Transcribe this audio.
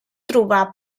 trobar